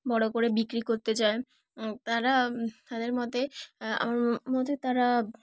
বড়ো করে বিক্রি করতে চায় তারা তাদের মতে আমার মতে তারা